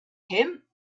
him